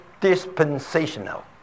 dispensational